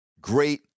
great